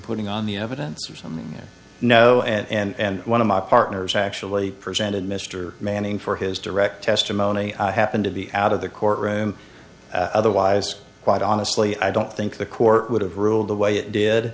putting on the evidence or something no and one of my partners actually presented mr manning for his direct testimony i happened to be out of the courtroom otherwise quite honestly i don't think the court would have ruled the way it did